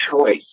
choice